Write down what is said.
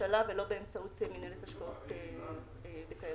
ממשלה ולא באמצעות מנהלת השקעות לתיירות.